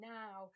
now